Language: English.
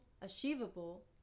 achievable